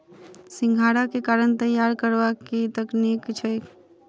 सिंघाड़ा केँ तैयार करबाक की तकनीक छैक?